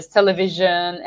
television